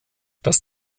das